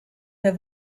have